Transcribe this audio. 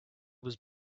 was